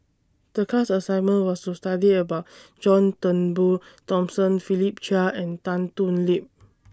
The class assignment was to study about John Turnbull Thomson Philip Chia and Tan Thoon Lip